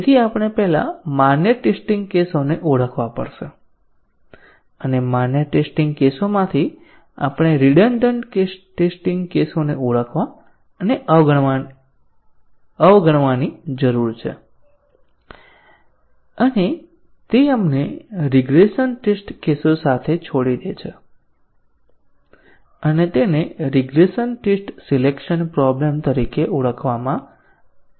આપણે પહેલા માન્ય ટેસ્ટીંગ કેસોને ઓળખવા પડશે અને માન્ય ટેસ્ટીંગ કેસોમાંથી આપણે રીડન્ડન્ટ ટેસ્ટીંગ કેસોને ઓળખવા અને અવગણવાની જરૂર છે અને તે આપણને રીગ્રેસન ટેસ્ટ કેસો સાથે છોડી દે છે અને તેને રિગ્રેસન ટેસ્ટ સિલેકશન પ્રોબ્લેમ તરીકે ઓળખવામાં આવે છે